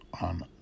on